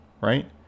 right